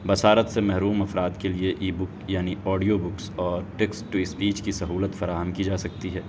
بصارت سے محروم افراد کے لیے ای بک یعنی آڈیو بکس اور ٹیکسٹ ٹو اسپیچ کی سہولت فراہم کی جا سکتی ہے